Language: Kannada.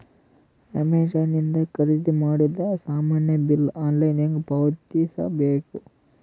ಅಮೆಝಾನ ಇಂದ ಖರೀದಿದ ಮಾಡಿದ ಸಾಮಾನ ಬಿಲ್ ಆನ್ಲೈನ್ ಹೆಂಗ್ ಪಾವತಿಸ ಬೇಕು?